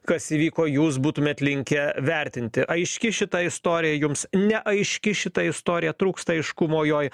kas įvyko jūs būtumėt linkę vertinti aiški šita istorija jums neaiški šita istorija trūksta aiškumo joj